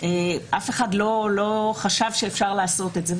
אף אחד לא חשב שאפשר לעשות את זה,